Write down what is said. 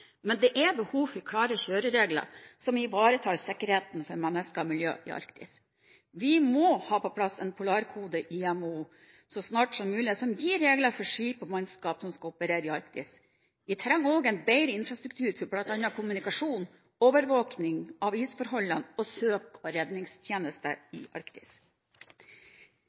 men det er behov for klare kjøreregler som ivaretar sikkerheten for mennesker og miljø i Arktis. Vi må ha på plass en polarkode i IMO så snart som mulig, som gir regler for skip og mannskap som skal operere i Arktis. Vi trenger også en bedre infrastruktur for bl.a. kommunikasjon, overvåkning av isforholdene, og søk- og redningstjenester i Arktis.